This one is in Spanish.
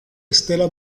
stella